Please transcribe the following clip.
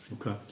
Okay